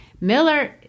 Miller